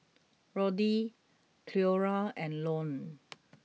Roddy Cleora and Lone